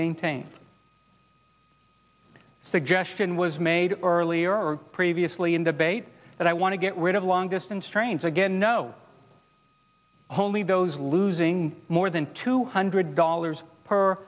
maintained suggestion was made earlier or previously in debate but i want to get rid of long distance trains again no holding those losing more than two hundred dollars per